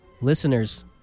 Listeners